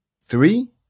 Three